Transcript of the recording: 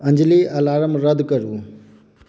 Anjali alarm रद्द करू